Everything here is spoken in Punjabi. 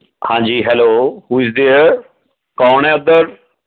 ਹਾਂਜੀ ਹੈਲੋ ਹੂ ਇਜ਼ ਦੇਅਰ ਕੌਣ ਹੈ ਉਧਰ